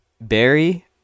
Barry